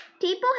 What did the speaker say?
people